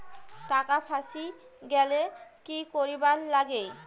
টাকা ফাঁসি গেলে কি করিবার লাগে?